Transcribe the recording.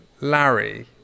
Larry